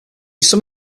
some